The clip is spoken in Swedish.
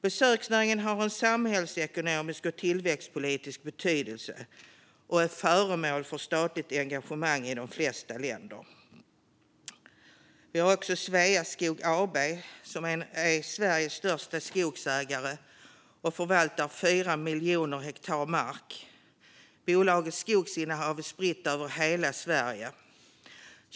Besöksnäringen har en samhällsekonomisk och tillväxtpolitisk betydelse och är föremål för statligt engagemang i de flesta länder. Vi har också Sveaskog AB, som är Sveriges största skogsägare och förvaltar 4 miljoner hektar mark. Bolagets skogsinnehav är spritt över hela Sverige.